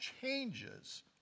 changes